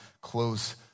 close